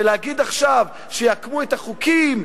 ולהגיד עכשיו שיעקמו את החוקים,